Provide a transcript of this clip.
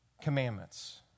commandments